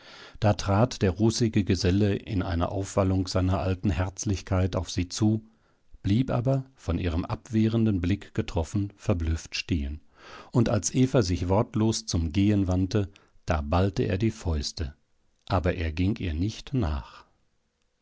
da trat der rußige geselle in einer aufwallung seiner alten herzlichkeit auf sie zu blieb aber von ihrem abwehrenden blick getroffen verblüfft stehen und als eva sich wortlos zum gehen wandte da ballte er die fäuste aber er ging ihr nicht nach